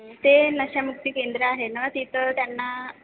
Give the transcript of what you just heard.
हं ते नशा मुक्ती केंद्र आहे ना तिथं त्यांना